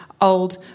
old